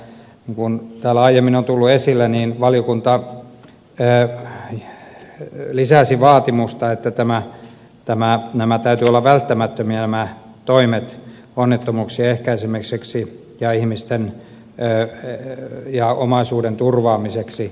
ja niin kuin täällä aiemmin on tullut esille valiokunta lisäsi vaatimusta siten että näiden toimien täytyy olla välttämättömiä onnettomuuksien ehkäisemiseksi ja omaisuuden turvaamiseksi